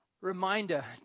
reminder